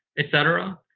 et cetera.